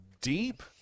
deep